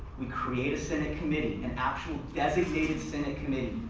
we create a senate committee, an actual designated senate committee.